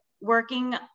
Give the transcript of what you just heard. working